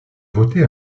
voter